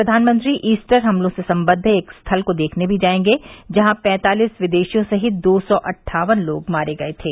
प्रधानमंत्री ईस्टर हमलों से संबद्व एक स्थल को देखने भी जाएंगे जहां पैंतालिस विदेशियों सहित दो सौ अट्ठावन लोग मारे गये थे